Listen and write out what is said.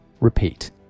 repeat